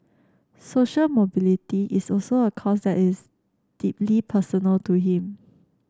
social mobility is also a cause that is deeply personal to him